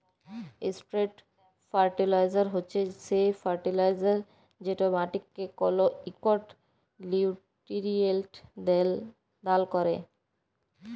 straight fertilizer হছে সে fertilizer যেট মাটিকে কল ইকট লিউটিরিয়েল্ট দাল ক্যরে